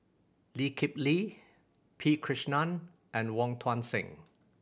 Lee Kip Lee P Krishnan and Wong Tuang Seng